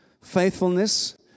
faithfulness